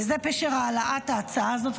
וזה פשר העלאת ההצעה הזאת,